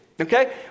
okay